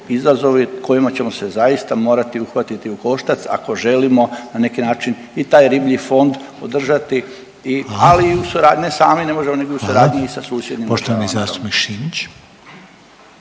izazovi kojima ćemo se zaista morati uhvatiti ukoštac ako želimo na neki način i taj riblji fond održati, ali .../Upadica: Hvala./... i u suradnji sami